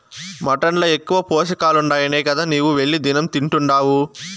mutton ల ఎక్కువ పోషకాలుండాయనే గదా నీవు వెళ్లి దినం తింటున్డావు